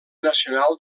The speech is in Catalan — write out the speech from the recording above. nacional